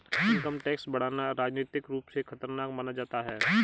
income tax बढ़ाना राजनीतिक रूप से खतरनाक माना जाता है